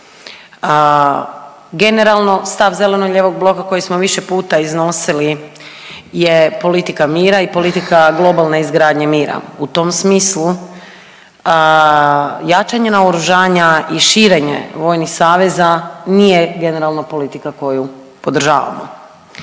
Generalno, stav zeleno-lijevog bloka kojeg smo više puta iznosili je politika mira i politika globalne izgradnje mira. U tom smislu, jačanje naoružanja i širenje vojnih saveza nije generalna politika koju podržavamo.